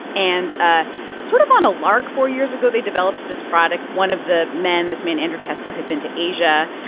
and ah sort of on a lark four years ago, they developed this product. one of the men, this man andrew kessler, had been to asia,